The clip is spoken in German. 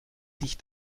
dich